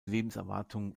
lebenserwartung